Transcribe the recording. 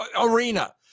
arena